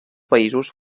països